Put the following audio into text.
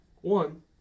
one